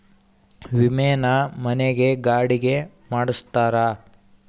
ವಿಮೆನ ಮನೆ ಗೆ ಗಾಡಿ ಗೆ ಮಾಡ್ಸ್ತಾರ